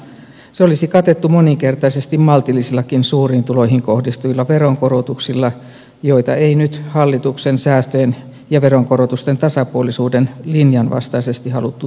se olisi katettu moninkertaisesti maltillisillakin suuriin tuloihin kohdistuvilla veronkorotuksilla joita ei nyt hallituksen säästöjen ja veronkorotusten tasapuolisuuden linjan vastaisesti haluttu tehdä